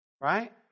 Right